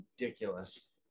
ridiculous